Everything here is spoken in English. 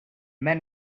men